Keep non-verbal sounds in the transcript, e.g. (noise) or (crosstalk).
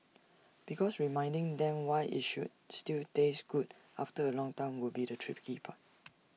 because reminding them why IT should still taste good after A long time will be the tricky (noise) part